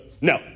no